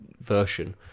version